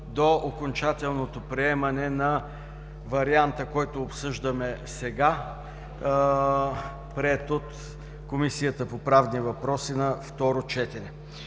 до окончателното приемане на варианта, който обсъждаме сега, приет от Комисията по правни въпроси на второ четене.